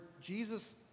Jesus